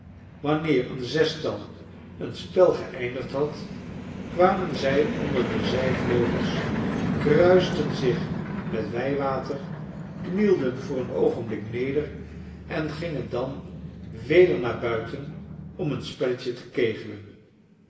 wanneer een zestal een spel geeindigd had kwamen zij onder de zijvleugels kruisten zich met wijwater knielden voor een oogenblik neder en gingen dan weder naar buiten om een spelletje te kegelen